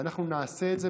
ואנחנו נעשה את זה,